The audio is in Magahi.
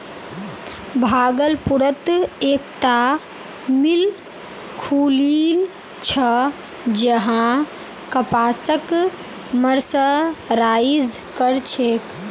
भागलपुरत एकता मिल खुलील छ जहां कपासक मर्सराइज कर छेक